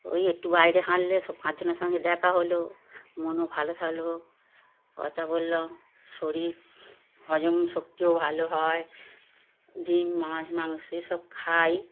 ওই একটু বাইরে হাঁটলে সব পাঁচজনের সঙ্গে দেখা হলো মনও ভালো থাকল কথা বললাম শরীর হজম শক্তিও ভালো হয় ডিম মাছ মাংস এসব খাই